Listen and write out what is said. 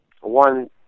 one